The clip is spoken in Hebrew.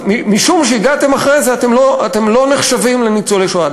אז משום שהגעתם אחרי זה אתם לא נחשבים לניצולי השואה.